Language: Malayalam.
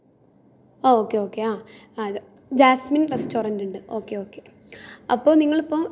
ഇതൊക്കെ എല്ലാവർക്കും നല്ലതാണ് ഞാൻ എൻ്റെ അച്ഛനും അമ്മയ്ക്കും ഇതൊക്കെ കാണിച്ച് കൊടുക്കാറുണ്ട് ഇവരെ ചാനലുകൾ നല്ല